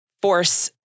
force